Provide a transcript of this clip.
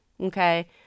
Okay